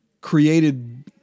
created